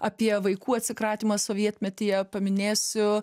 apie vaikų atsikratymą sovietmetyje paminėsiu